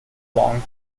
long